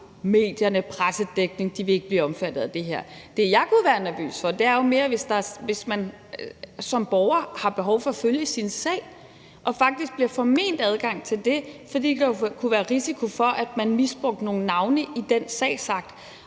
medier og pressedækning. Det ville ikke blive omfattet af det her. Det, jeg kunne være nervøs for, er mere, hvis man som borger har behov for at følge sin sag og faktisk bliver forment adgang til det, fordi der kunne være risiko for, at man misbrugte nogle navne i den sagsakt.